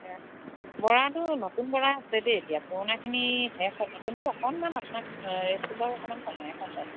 বৰাটো নতুন বৰা আছে দেই এতিয়া পুৰণাখিনি শেষ নতুনটো অকণমান আপোনাক ৰেটটো বাৰু অকমান কমাই কম বাৰু